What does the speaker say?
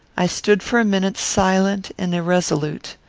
i stood for a minute silent and irresolute.